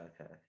okay